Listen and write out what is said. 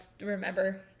remember